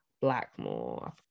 Blackmore